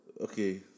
okay